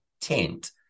tent